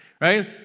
right